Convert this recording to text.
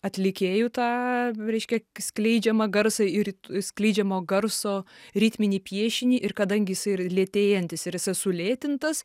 atlikėjų tą reiškia skleidžiamą garsą ir skleidžiamo garso ritminį piešinį ir kadangi jisai ir lėtėjantis ir jisai sulėtintas